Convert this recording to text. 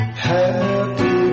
happy